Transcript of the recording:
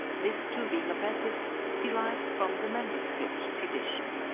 this to being a practice derived from the manuscript tradition.